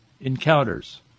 encounters